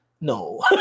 no